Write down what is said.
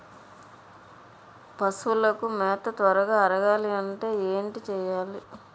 పశువులకు మేత త్వరగా అరగాలి అంటే ఏంటి చేయాలి?